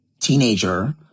teenager